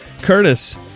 Curtis